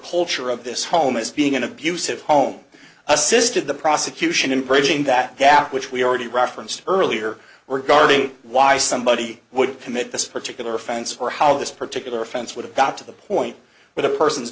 culture of this home is being an abusive home assisted the prosecution in bridging that gap which we already referenced earlier regarding why somebody would commit this particular offense for how this particular offense would have got to the point where the person